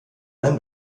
allem